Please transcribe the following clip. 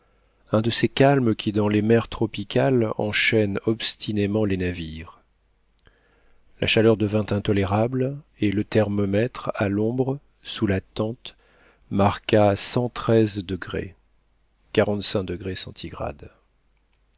un de ces calmes qui dans les mers tropicales enchaînent obstinément les navires la chaleur devint intolérable et le thermomètre à l'ombre sous la tente marqua cent treize degrés